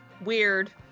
weird